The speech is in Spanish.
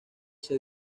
ese